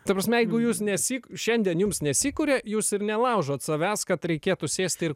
ta prasme jeigu jūs nesik šiandien jums nesikuria jūs ir nelaužot savęs kad reikėtų sėsti ir